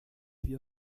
wir